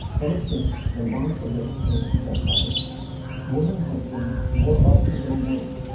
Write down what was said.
ever since the launch of the bita prize women have been, more often than men,